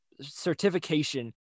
certification